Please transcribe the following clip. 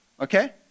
Okay